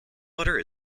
butter